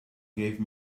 gave